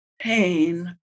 pain